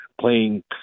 playing